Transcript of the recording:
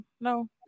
no